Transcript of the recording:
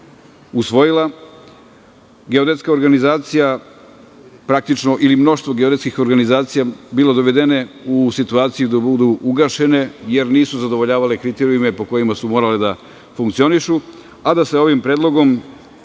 usvojila, geodetska organizacija praktično, ili mnoštvo geodetskih organizacija, bile dovedene u situaciju da budu ugašene, jer nisu zadovoljavale kriterijume po kojima su morale da funkcionišu, a da se ovim predlogom